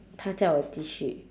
她叫我继续